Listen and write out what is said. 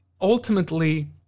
Ultimately